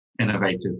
innovative